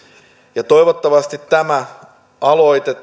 toivottavasti tämä aloite